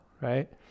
right